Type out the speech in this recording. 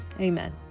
Amen